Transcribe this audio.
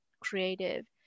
creative